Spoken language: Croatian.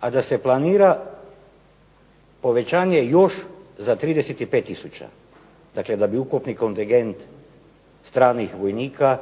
a da se planira povećanje još za 35000. Dakle, da bi ukupni kontingent stranih vojnika